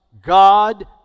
God